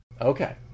Okay